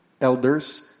elders